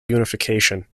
unification